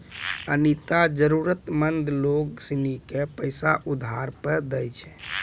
अनीता जरूरतमंद लोग सिनी के पैसा उधार पर दैय छै